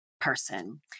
Person